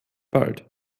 wald